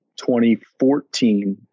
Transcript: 2014